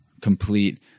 complete